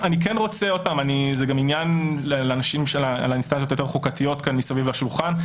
זה גם עניין לאינסטנציות יותר חוקתיות סביב השולחן.